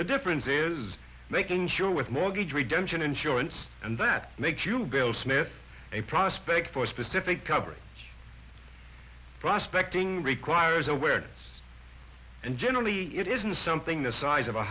the difference is making sure with mortgage retention insurance and that makes you bill smith a prospect for specific covering prospecting requires awareness and generally it isn't something the size of a